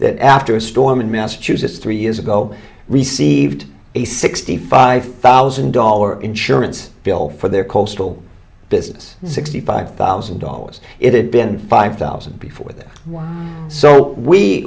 that after a storm in massachusetts three years ago received a sixty five thousand dollar insurance bill for their coastal business sixty five thousand dollars it had been five thousand before this one so we